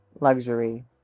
Luxury